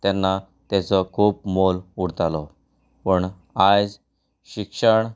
तेन्ना तेचो खूब मोल उरतालो पण आयज शिक्षण